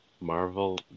Marvel